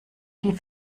die